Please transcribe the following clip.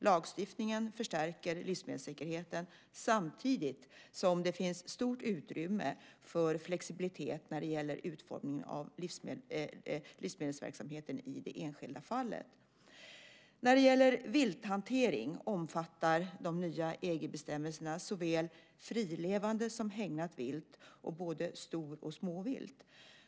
Lagstiftningen förstärker livsmedelssäkerheten samtidigt som det finns stort utrymme för flexibilitet när det gäller utformningen av livsmedelsverksamheten i det enskilda fallet. När det gäller vilthantering omfattar de nya EG-bestämmelserna såväl frilevande som hägnat vilt och både stor och småvilt.